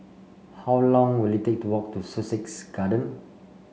how long will it take to walk to Sussex Garden